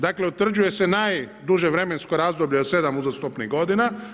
Dakle, utvrđuje se najduže vremensko razbolje od 7 uzastopnih godina.